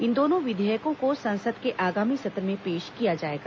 इन दोनों विधेयकों को संसद के आगामी सत्र में पेश किया जाएगा